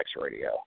Radio